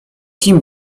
kim